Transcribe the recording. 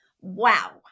Wow